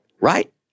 Right